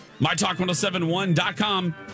MyTalk1071.com